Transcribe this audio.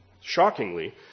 shockingly